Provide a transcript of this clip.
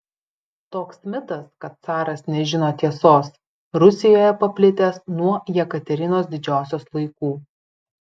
toks mitas kad caras nežino tiesos rusijoje paplitęs nuo jekaterinos didžiosios laikų